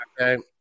Okay